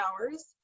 hours